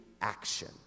action